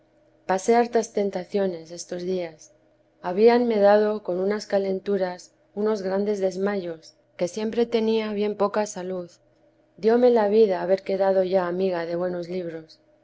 pasé hartas tentaciones estos días habíanme dado con unas calenturas unos grandes desmayos que siempre tenía bien poca salud dióme la vida haber quedado ya amiga de buenos libros